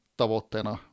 tavoitteena